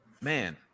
Man